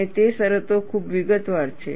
અને તે શરતો ખૂબ વિગતવાર છે